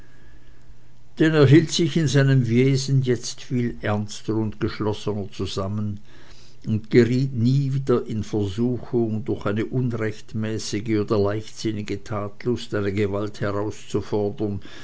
er hielt sich in seinem wesen jetzt viel ernster und geschlossener zusammen und geriet nie wieder in versuchung durch eine unrechtmäßige oder leichtsinnige tatlust eine gewalt herauszufordern